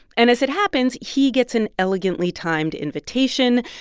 and as it happens, he gets an elegantly timed invitation,